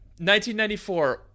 1994